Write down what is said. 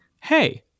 hey